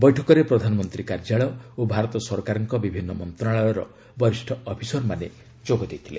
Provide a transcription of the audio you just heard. ବୈଠକରେ ପ୍ରଧାନମନ୍ତ୍ରୀ କାର୍ଯ୍ୟାଳୟ ଓ ଭାରତ ସରକାରଙ୍କ ବିଭିନ୍ନ ମନ୍ତ୍ରଣାଳୟର ବରିଷ୍ଠ ଅଫିସରମାନେ ଯୋଗ ଦେଇଥିଲେ